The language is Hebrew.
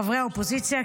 חברי האופוזיציה,